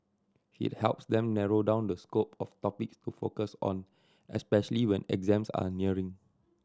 it helps them narrow down the scope of topics to focus on especially when exams are nearing